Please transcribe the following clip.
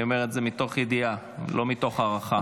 אני אומר את זה מתוך ידיעה, לא מתוך הערכה.